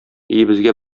өебезгә